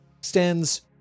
stands